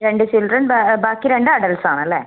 രണ്ട് ചിൽഡ്രൻ ബ ബാക്കി രണ്ട് അഡൾട്സ് ആണ് അല്ലേ